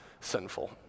sinful